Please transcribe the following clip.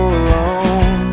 alone